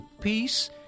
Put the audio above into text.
Peace